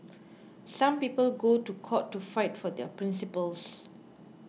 some people go to court to fight for their principles